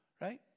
right